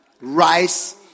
Rice